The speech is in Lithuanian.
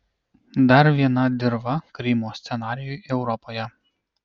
dar viena dirva krymo scenarijui europoje